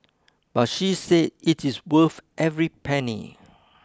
but she said it is worth every penny